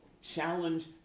challenge